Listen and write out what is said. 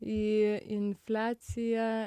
į infliaciją